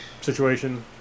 situation